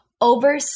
over